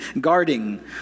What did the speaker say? guarding